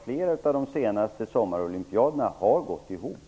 Flera av de senaste sommarolympiaderna har de facto gått ihop.